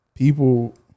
People